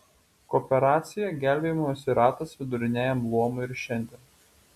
kooperacija gelbėjimosi ratas viduriniajam luomui ir šiandien